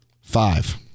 five